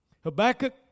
Habakkuk